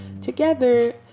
Together